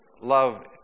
love